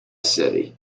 city